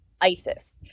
ISIS